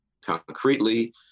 concretely